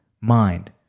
mind